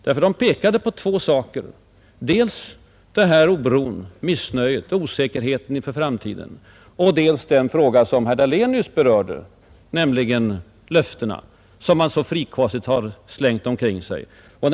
De hänvisar nämligen till två ting: dels oron, missnöjet och osäkerheten inför framtiden, dels på det som herr Dahlén nyss berörde, nämligen de löften som man så frikostigt slängt omkring sig i valrörelsen.